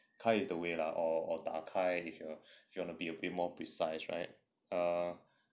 开 is the way lah or 打开 if you are you wanna be a bit more precise right err